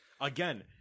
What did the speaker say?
Again